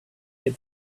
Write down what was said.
get